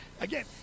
Again